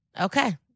Okay